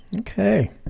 Okay